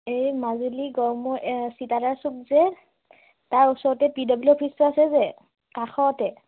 এই মাজুলী গড়মূৰ চিতাদাৰ চুক যে তাৰ ওচৰতে পি ডব্লিউ অফিচটো আছে যে কাষতে